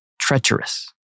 treacherous